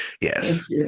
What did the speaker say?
Yes